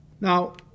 Now